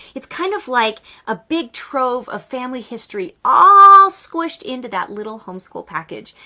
it's kind of like a big trove of family history, all squished into that little homeschool package.